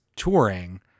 touring